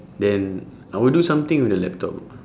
then I would do something with the laptop